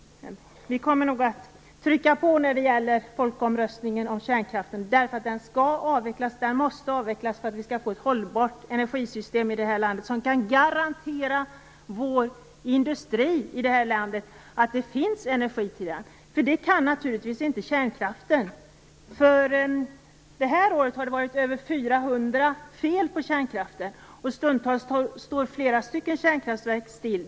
Vi kommer nog att trycka på när det gäller folkomröstningen om kärnkraften, därför att den skall avvecklas. Den måste avvecklas för att vi skall få ett hållbart energisystem i landet som kan garantera att det finns energi till vår industri. Det kan naturligtvis inte kärnkraften. Under det gångna året har det varit över 400 fel på kärnkraftverken. Stundtals är flera stycken kärnkraftverk ur drift.